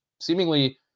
seemingly